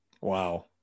wow